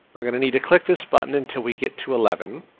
we're gonna need to click this button until we get to eleven.